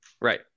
Right